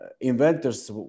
inventors